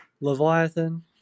Leviathan